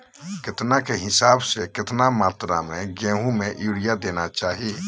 केतना के हिसाब से, कितना मात्रा में गेहूं में यूरिया देना चाही?